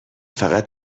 فقط